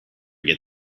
get